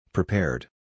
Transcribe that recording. Prepared